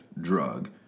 drug